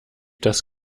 das